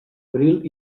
abril